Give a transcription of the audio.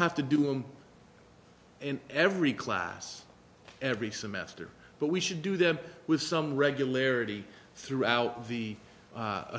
have to do them in every class every semester but we should do them with some regularity throughout the